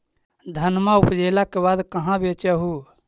धनमा उपजाईला के बाद कहाँ बेच हू?